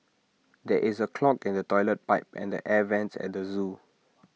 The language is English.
there is A clog in the Toilet Pipe and the air Vents at the Zoo